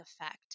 effect